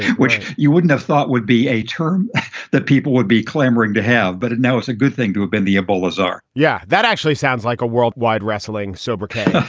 which you wouldn't have thought would be a term that people would be clamoring to have. but it now it's a good thing to have been the ebola czar yeah, that actually sounds like a worldwide wrestling sobriquet.